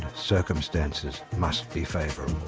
circumstances must be favourable